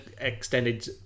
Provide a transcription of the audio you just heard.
extended